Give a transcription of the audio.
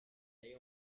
they